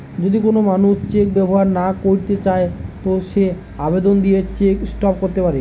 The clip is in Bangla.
যদি কোন মানুষ চেক ব্যবহার না কইরতে চায় তো সে আবেদন দিয়ে চেক স্টপ ক্যরতে পারে